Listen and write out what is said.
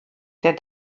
der